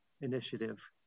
initiative